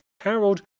Harold